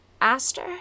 Aster